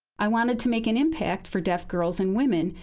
i wanted to make an impact for deaf girls and women.